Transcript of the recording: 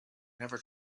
never